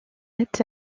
date